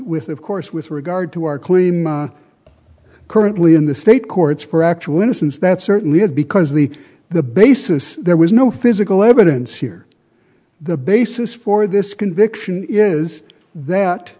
with of course with regard to our claim are currently in the state courts for actual innocence that certainly had because the the basis there was no physical evidence here the basis for this conviction is